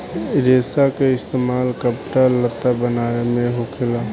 रेसा के इस्तेमाल कपड़ा लत्ता बनाये मे होखेला